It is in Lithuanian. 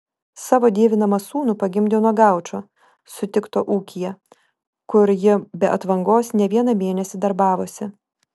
savo dievinamą sūnų pagimdė nuo gaučo sutikto ūkyje kur ji be atvangos ne vieną mėnesį darbavosi